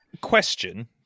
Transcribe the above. question